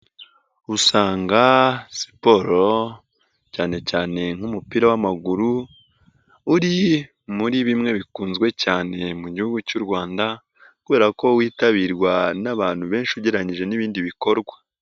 Usanga siporo cyane cyane nk'umupira w'amaguru, uri muri bimwe bikunzwe cyane mu gihugu cy'u Rwanda kubera ko witabirwa n'abantu benshi ugereranyije n'ibindi bikorwa.